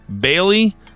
Bailey